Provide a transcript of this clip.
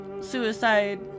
suicide